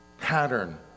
pattern